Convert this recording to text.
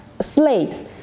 slaves